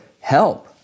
help